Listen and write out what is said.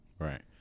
Right